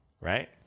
Right